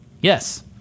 Yes